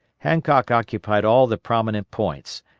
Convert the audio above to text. hancock occupied all the prominent points,